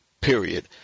period